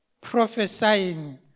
prophesying